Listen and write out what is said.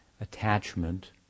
attachment